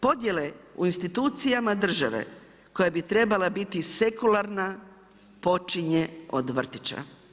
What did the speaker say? Podjele u institucijama države koja bi trebala biti sekularna počinje od vrtića.